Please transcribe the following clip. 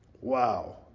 Wow